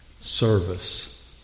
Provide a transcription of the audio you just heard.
Service